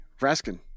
Raskin